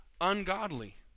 ungodly